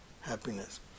happiness